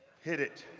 hit it.